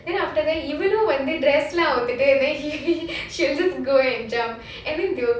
then after that even though when they dress lah இவளும் வந்து:ivalum vanthu dress லாம் அவுத்துட்டு:laam avthutu she'll just go and jump and then they'll